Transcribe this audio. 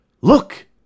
Look